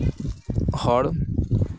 ᱦᱚᱲ